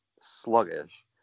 sluggish